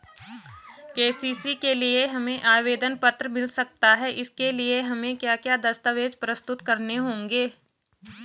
KCC के लिए हमें आवेदन पत्र मिल सकता है इसके लिए हमें क्या क्या दस्तावेज़ प्रस्तुत करने होंगे?